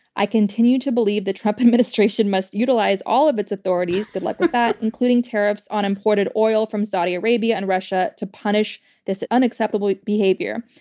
i continue to believe the trump administration must utilize all of its authorities, good luck with that, including tariffs on imported oil from saudi arabia and russia, to punish this unacceptable behavior.